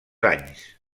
anys